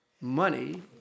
money